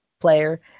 Player